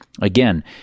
again